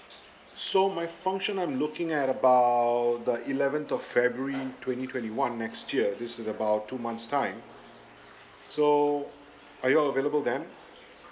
so my function I'm looking at about the eleventh of february twenty twenty one next year this is about two months time so are you all available then